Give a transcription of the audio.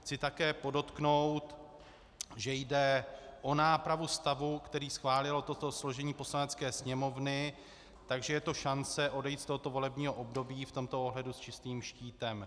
Chci také podotknout, že jde o nápravu stavu, který schválilo toto složení Poslanecké sněmovny, takže je to šance odejít z tohoto volebního období v tomto ohledu s čistým štítem.